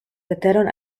leteron